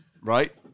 Right